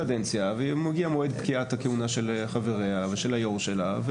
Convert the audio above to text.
ואם מגיע מועד פקיעת הכהונה של חבריה ושל היו"ר שלה,